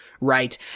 Right